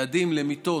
יעדים למיטות,